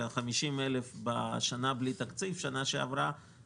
ל-50,000 בשנה שעברה שהייתה בלי תקציב,